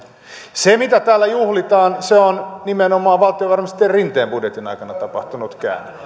se mitä täällä juhlitaan on nimenomaan valtiovarainministeri rinteen budjetin aikana tapahtunut